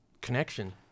connection